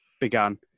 began